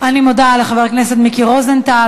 אני מודה לחבר הכנסת מיקי רוזנטל.